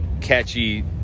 Catchy